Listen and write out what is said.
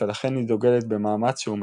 ולכן היא דוגלת במאמץ שהוא מקיף,